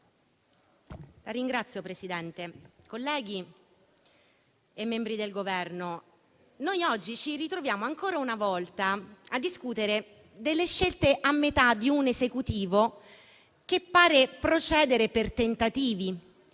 Signor Presidente, colleghi, rappresentanti del Governo, oggi ci ritroviamo ancora una volta a discutere delle scelte a metà di un Esecutivo che pare procedere per tentativi: